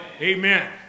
Amen